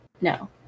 no